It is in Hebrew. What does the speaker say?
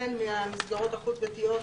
החל מסגרות חוץ ביתיות,